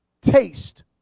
taste